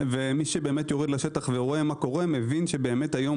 ומי שיורד לשטח ורואה מה שקורה מבין שהיום